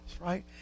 right